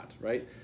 right